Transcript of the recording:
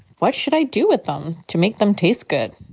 what should i do with them to make them taste good?